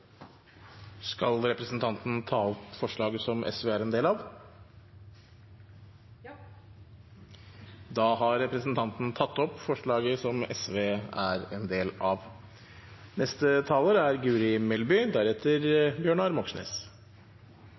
Skal representanten ta opp forslaget som SV er en del av? Ja. Da har representanten Ingrid Fiskaa tatt opp forslaget fra SV og Rødt. Utenriksbudsjettet er